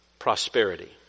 prosperity